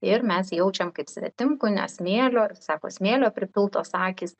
ir mes jaučiam kaip svetimkūnio smėlio sako smėlio pripiltos akys